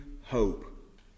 hope